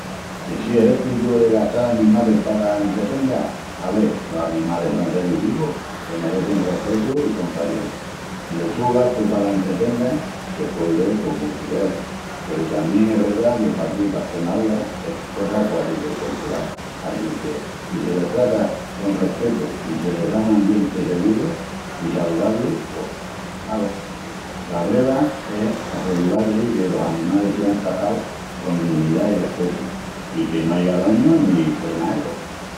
Que si es éticu de gastal animalis pala entretenga? Ave, los animalis son seris vivus que merecin respetu i compassión, i el su gastu pala entretenga se puei vel comu cruel peru tamién es verda que paquí pa Estremaúra es cosa quasi que coltural, assinque si se les trata con respetu i se les da un ambienti seguru i saludabli pos ave.... La breva es assegural-si que los animalis sean trataus con dinidá i respetu, i que no aiga dañu ni penaeru.